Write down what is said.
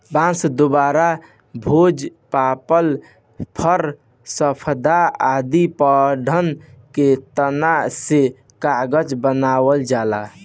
बांस, देवदार, भोज, पपलर, फ़र, सफेदा आदि पेड़न के तना से कागज बनावल जाला